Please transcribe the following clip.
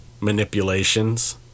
manipulations